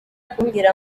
kumbwira